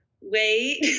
wait